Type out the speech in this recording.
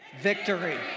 Victory